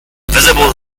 visible